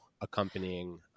accompanying